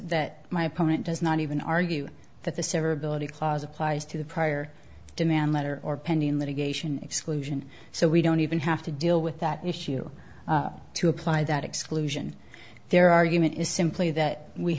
that my opponent does not even argue that the severability clause applies to the prior demand letter or pending litigation exclusion so we don't even have to deal with that issue to apply that exclusion their argument is simply that we